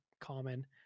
common